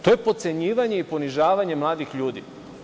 To je potcenjivanje i ponižavanje mladih ljudi.